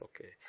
okay